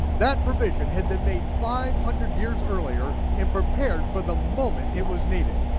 that provision had been made five hundred years earlier in prepared for the moment it was needed.